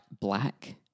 black